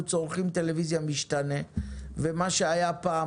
צורכים טלוויזיה משתנה ומה היה פעם,